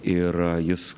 ir jis